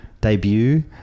Debut